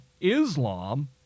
Islam